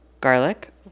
Garlic